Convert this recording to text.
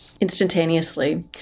instantaneously